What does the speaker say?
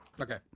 okay